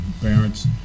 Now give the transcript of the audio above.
parents